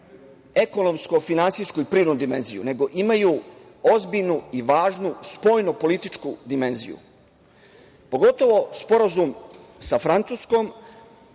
ekonomsko-finansijsku i privrednu dimenziju, nego imaju ozbiljnu i važnu spoljnopolitičku dimenziju, pogotovo sporazum sa Francuskom